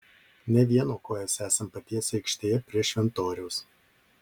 ne vieno kojas esam patiesę aikštėje prie šventoriaus